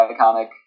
iconic